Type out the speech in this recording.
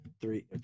three